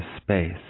space